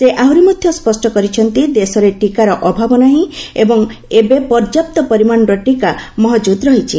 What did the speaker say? ସେ ଆହୁରି ମଧ୍ୟ ସ୍ୱଷ୍ଟ କରିଛନ୍ତି ଦେଶରେ ଟିକାର ଅଭାବ ନାହିଁ ଏବଂ ଏବେ ପର୍ଯ୍ୟାପ୍ତ ପରିମାଣର ଟିକା ମହକୁଦ ରହିଛି